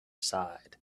side